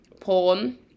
porn